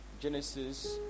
Genesis